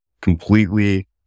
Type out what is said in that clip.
completely